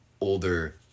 older